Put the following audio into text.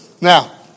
Now